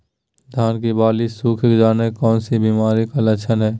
धान की बाली सुख जाना कौन सी बीमारी का लक्षण है?